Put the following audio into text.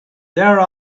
there